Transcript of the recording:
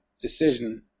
decision